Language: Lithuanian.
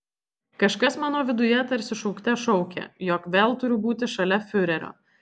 kažkas mano viduje tarsi šaukte šaukė jog vėl turiu būti šalia fiurerio